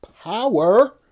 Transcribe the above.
power